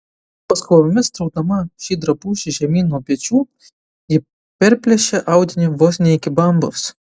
paskubomis traukdama šį drabužį žemyn nuo pečių ji perplėšė audinį vos ne iki bambos